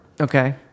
Okay